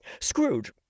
Scrooge